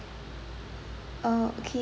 uh okay